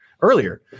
earlier